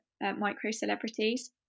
micro-celebrities